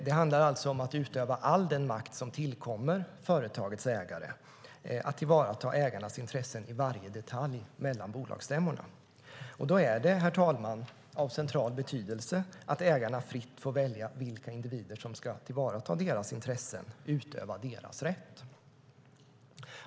Det handlar alltså om att utöva all den makt som tillkommer företagets ägare, att tillvarata ägarnas intressen i varje detalj mellan bolagsstämmorna. Då är det, herr talman, av central betydelse att ägarna fritt får välja vilka individer som ska tillvarata deras intressen och utöva deras rätt.